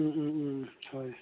ও ও ও হয়